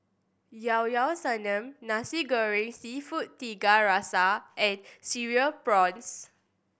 Llao Llao Sanum Nasi Goreng Seafood Tiga Rasa and Cereal Prawns